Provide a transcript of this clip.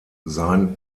sein